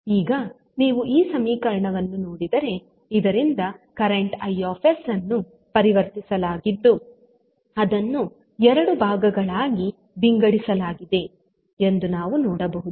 ಈಗ ನೀವು ಈ ಸಮೀಕರಣವನ್ನು ನೋಡಿದರೆ ಇದರಿಂದ ಕರೆಂಟ್ I ಅನ್ನು ಪರಿವರ್ತಿಸಲಾಗಿದ್ದು ಅದನ್ನು ಎರಡು ಭಾಗಗಳಾಗಿ ವಿಂಗಡಿಸಲಾಗಿದೆ ಎಂದು ನಾವು ನೋಡಬಹುದು